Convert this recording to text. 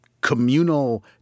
communal